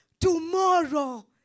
tomorrow